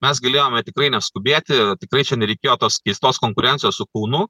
mes galėjome tikrai neskubėti tikrai čia nereikėjo tos keistos konkurencijos su kaunu